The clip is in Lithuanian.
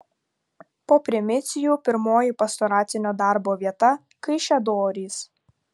po primicijų pirmoji pastoracinio darbo vieta kaišiadorys